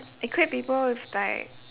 equip people with like